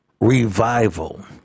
revival